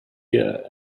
here